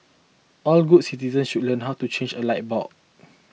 all good citizen should learn how to change a light bulb